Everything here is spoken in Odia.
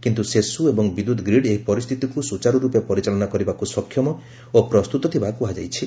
କିନ୍ତୁ ସେସୁ ଏବଂ ବିଦ୍ୟୁତ୍ ଗ୍ରୀଡ଼୍ ଏହି ପରିସ୍ଥିତିକୁ ସୁଚାରୁର୍ପେ ପରିଚାଳନା କରିବାକୁ ସକ୍ଷମ ଓ ପ୍ରସ୍ଥୁତ ଥିବା କୁହାଯାଇଛି